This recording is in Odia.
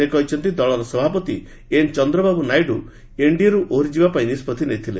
ସେ କହିଛନ୍ତି ଦଳର ସଭାପତି ଏନ୍ ଚନ୍ଦ୍ରବାବୁ ନାଇଡୁ ଏନ୍ଡିଏରୁ ଓହରି ଯିବା ପାଇଁ ନିଷ୍କଭି ନେଇଥିଲେ